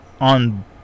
on